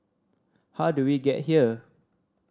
how did we get here